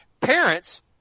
parents